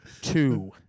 two